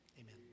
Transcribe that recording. Amen